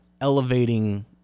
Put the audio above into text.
elevating